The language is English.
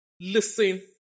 listen